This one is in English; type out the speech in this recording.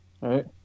right